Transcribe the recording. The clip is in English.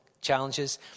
challenges